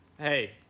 Hey